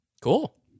Cool